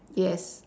yes